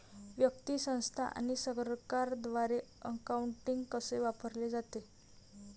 व्यक्ती, संस्था आणि सरकारद्वारे अकाउंटिंग कसे वापरले जाते